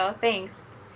Thanks